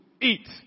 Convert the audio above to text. eat